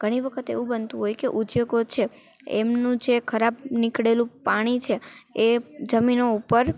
ઘણી વખત એવું બનતું હોય કે ઉદ્યોગો છે એમનું જે ખરાબ નીકળેલું પાણી છે એ જમીનો ઉપર